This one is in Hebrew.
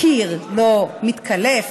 הקיר לא מתקלף,